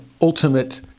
ultimate